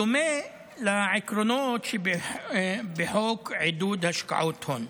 בדומה לעקרונות שבחוק עידוד השקעות הון.